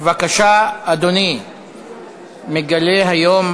בבקשה, אדוני מגלה היום